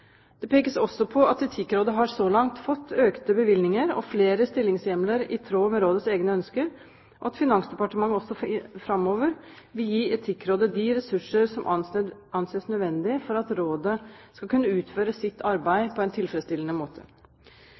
Det pekes også på at Etikkrådet så langt har fått økte bevilgninger og flere stillingshjemler i tråd med rådets egne ønsker, og at Finansdepartementet også framover vil gi Etikkrådet de ressurser som anses nødvendig for at rådet skal kunne utføre sitt arbeid på en tilfredsstillende måte.